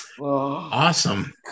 Awesome